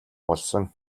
болсон